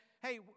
hey